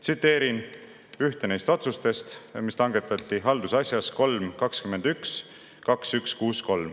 Tsiteerin ühte neist otsustest, mis langetati haldusasjas 3-21-2163,